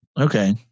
Okay